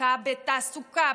השקעה בתעסוקה,